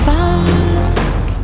back